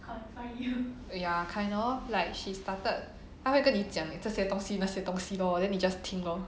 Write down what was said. ya kind of like she started 她会跟你讲这些东西那些东西 lor then 你 just 听 lor